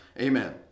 Amen